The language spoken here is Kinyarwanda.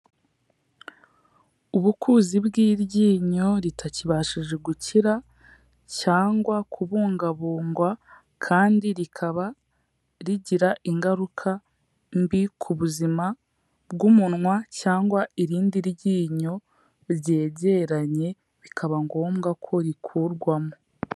Ubukuzi bw'iryinyo ritakibashije gukira cyangwa kubungabungwa kandi rikaba rigira ingaruka mbi ku buzima bw'umunwa cyangwa irindi ryinyo byegeranye bikaba ngombwa ko rikurwamo.